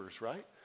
right